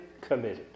committed